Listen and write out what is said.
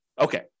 okay